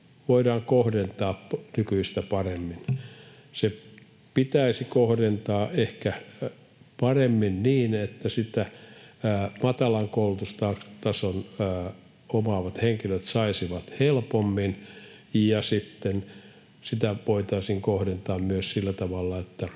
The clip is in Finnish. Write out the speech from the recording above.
voidaan kohdentaa nykyistä paremmin. Se pitäisi kohdentaa ehkä paremmin niin, että matalan koulutustason omaavat henkilöt saisivat sitä helpommin, ja sitten sitä voitaisiin kohdentaa myös sillä tavalla,